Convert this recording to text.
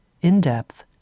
in-depth